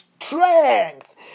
strength